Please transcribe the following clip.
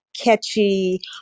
catchy